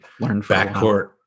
backcourt